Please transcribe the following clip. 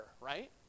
right